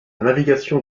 navigation